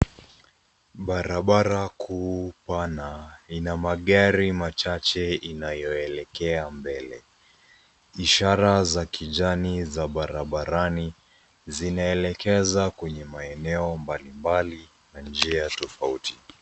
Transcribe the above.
Barabara kuu pana, ina magari machache inayoelekea mbele. Ishara za kijani za barabarani zinaelekeza kwenye maeneo mbalimbali na njia tofauti.